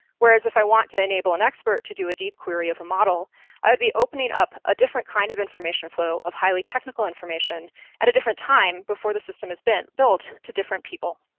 whereas, if i want to enable an expert to do a deep query of a model i would be opening up a different kind of information flow of highly technical information at a different time before the system has been built to different people.